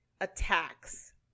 attacks